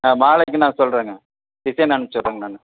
ஆ மாலைக்கு நான் சொல்கிறேங்க டிசைன் அனுப்புச்சுட்றேங்க நான்